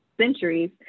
centuries